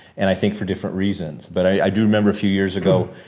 and i think for different reasons. but i do remember a few years ago,